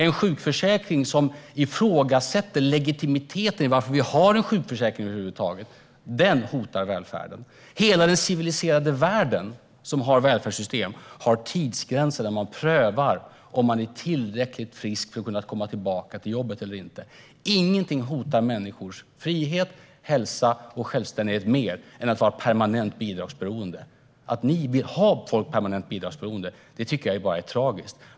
En sjukförsäkring som gör att man ifrågasätter legitimiteten och undrar varför vi över huvud taget har en sjukförsäkring hotar välfärden. Hela den civiliserade världen, som har välfärdssystem, har tidsgränser där man prövar om människor är tillräckligt friska för att kunna komma tillbaka till jobbet eller inte. Ingenting hotar människors frihet, hälsa och självständighet mer än ett permanent bidragsberoende. Att ni vill ha folk permanent bidragsberoende tycker jag bara är tragiskt.